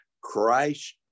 Christ